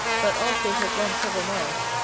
that after it has run several miles,